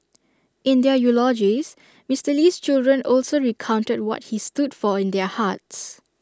in their eulogies Mister Lee's children also recounted what he stood for in their hearts